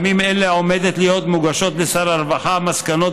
בימים אלה עומדות להיות מוגשות לשר הרווחה המסקנות